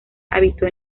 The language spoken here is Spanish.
habitó